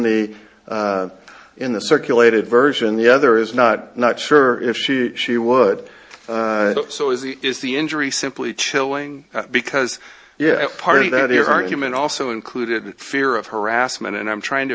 the in the circulated version the other is not not sure if she she would so it is the injury simply chilling because yeah party that your argument also included fear of harassment and i'm trying to